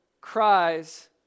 cries